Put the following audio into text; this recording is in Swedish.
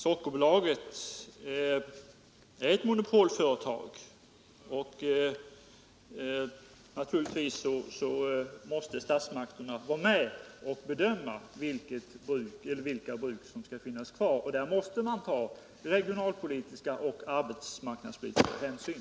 Sockerbolaget är ett monopolföretag, och naturligtvis måste statsmakterna vara med och bedöma sockerbrukens framtid. I den bedömningen måste man ta regionalpolitiska och arbetsmarknadspolitiska hänsyn.